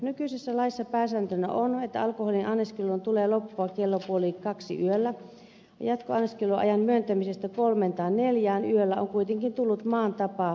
nykyisessä laissa pääsääntönä on että alkoholin anniskelun tulee loppua kello puoli kaksi yöllä ja jatkoanniskeluajan myöntämisestä kolmeen tai neljään yöllä on kuitenkin tullut maan tapa poikkeusten sijaan